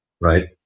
right